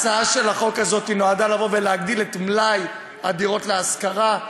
הצעת החוק הזאת נועדה להגדיל את מלאי הדירות להשכרה.